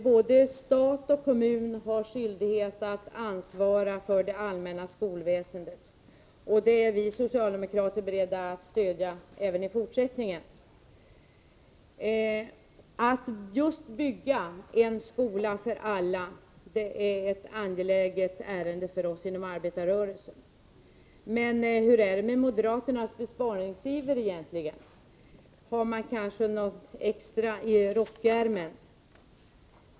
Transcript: Både stat och kommun har skyldighet att ansvara för det allmänna skolväsendet, och det är vi socialdemokrater beredda att stödja även i fortsättningen. Just att bygga en skola för alla är ett angeläget ärende för oss inom arbetarrörelsen. Men hur är det med moderaternas besparingsiver egentligen? Har man kanske något extra i rockärmen?